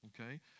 Okay